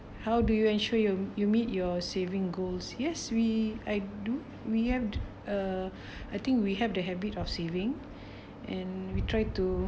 how do you ensure you you meet your saving goals yes we do I do we have uh I think we have the habit of saving and we try to